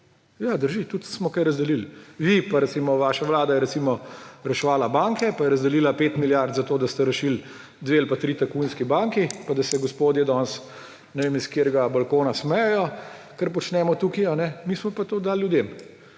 Ja, drži, smo tudi kaj razdelili. Vi pa vaša vlada je recimo reševala banke pa je razdelila pet milijard zato, da ste rešili dve ali pa tri tajkunske banke pa da se gospodje danes iz ne vem katerega balkona smejejo, kar počnemo tukaj; mi smo pa to dali ljudem